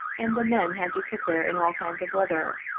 and the men had to cook there in all kinds of weather,